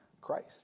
Christ